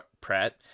Pratt